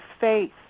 faith